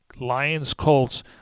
Lions-Colts